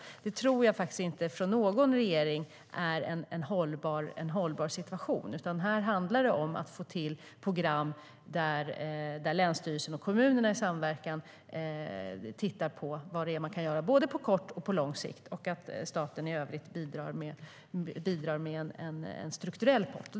Det tror jag inte är en hållbar situation för någon regering. Här handlar det om att få till program där länsstyrelserna och kommunerna i samverkan tittar på vad det är man kan göra både på kort och på lång sikt och där staten i övrigt bidrar med en strukturell pott.